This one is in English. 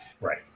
right